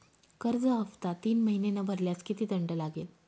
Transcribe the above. कर्ज हफ्ता तीन महिने न भरल्यास किती दंड लागेल?